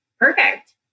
perfect